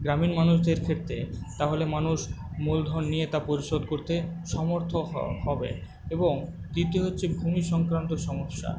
গ্রামীণ মানুষদের ক্ষেত্রে তাহলে মানুষ মূলধন নিয়ে তা পরিশোধ করতে সমর্থ হবে এবং দ্বিতীয় হচ্ছে ভূমি সংক্রান্ত সমস্যা